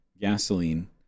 gasoline